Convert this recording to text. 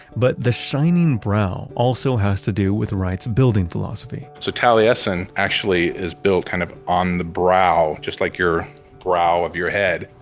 but the shining brow also has to do with wright's building philosophy so taliesin actually is built kind of on the brow, just like your brow of your head.